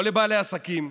לא לבעלי עסקים,